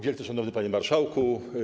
Wielce Szanowny Panie Marszałku!